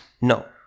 No